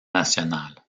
nationale